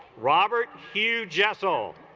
robert hugh jessel